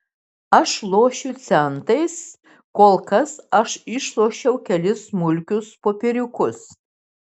aš lošiu centais kol kas aš išlošiau kelis smulkius popieriukus